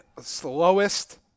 Slowest